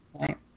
Right